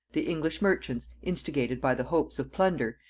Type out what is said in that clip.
the english merchants, instigated by the hopes of plunder,